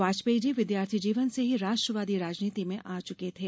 वाजपेयी जी विद्यार्थी जीवन से ही राष्ट्रवादी राजनीति में आ चुके थे